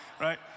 right